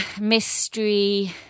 mystery